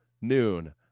Noon